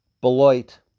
Beloit